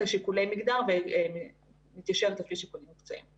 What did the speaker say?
לשיקולי מגדר ומתיישרת לפי שיקולים מקצועיים.